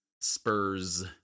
Spurs